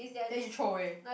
then you throw away